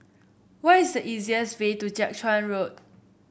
what is the easiest way to Jiak Chuan Road